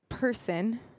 person